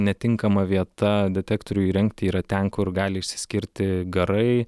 netinkama vieta detektorių įrengti yra ten kur gali išsiskirti garai